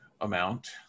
amount